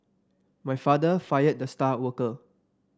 my father fired the star worker